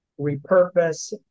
repurpose